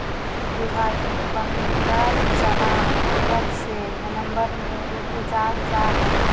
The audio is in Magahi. विभाजित बंगाल चना अक्टूबर से ननम्बर में उपजाल जा हइ